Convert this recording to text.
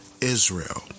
Israel